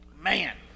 man